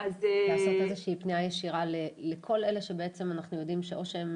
לעשות איזושהי פנייה ישירה לכל אלה שבעצם אנחנו יודעים או שהם